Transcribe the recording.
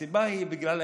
אבל הסיבה היא ההתקשרויות,